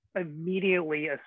immediately